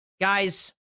Guys